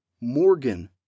Morgan